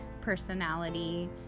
personality